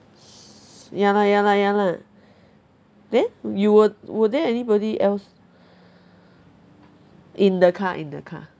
ya lah ya lah ya lah then you were were there anybody else in the car in the car